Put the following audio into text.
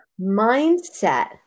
mindset